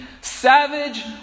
savage